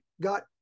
got